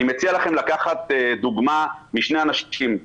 אני מציע לכם לקחת דוגמה משני אנשים,